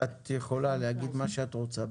את יכולה להגיד מה שאת רוצה,